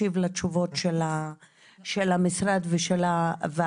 ולצערי הרב לא הצלחתי להקשיב לתשובות של המשרד ושל הוועדה.